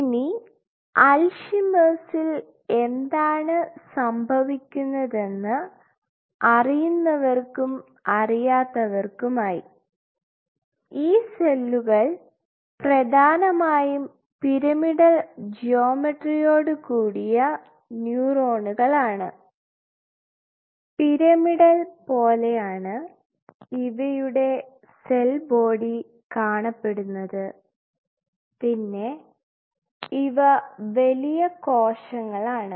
ഇനി അൽഷിമേഴ്സ്സിൽAlzheimer's എന്താണ് സംഭവിക്കുന്നതെന്ന് അറിയാത്തവർക്കും അറിയുന്നവർക്കുമായി ഈ സെല്ലുകൾ പ്രധാനമായും പിരമിഡൽ ജ്യോമെട്രിയോട്കൂടിയ ന്യൂറോണുകളാണ് പിരമിഡുകൾ പോലെയാണ് ഇവയുടെ സെൽ ബോഡി കാണപ്പെടുന്നത് പിന്നെ ഇവ വലിയ കോശങ്ങളാണ്